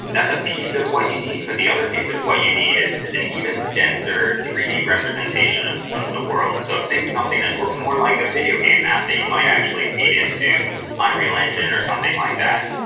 that's a piece of what you need, but the other piece of what you need is is an even denser three d representation of of the world. so think something that looks more like a video game map that you might actually feed into unreal engine or something like that.